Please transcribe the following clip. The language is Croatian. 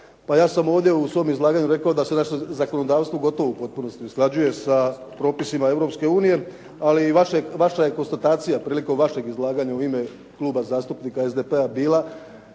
Pa ja sam ovdje u svom izlaganju rekao da se naše zakonodavstvo u potpunosti usklađuje sa propisima Europske unije ali vaša je konstatacija prilikom vašeg izlaganja u ime Kluba zastupnika SDP-a bila